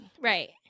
Right